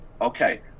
Okay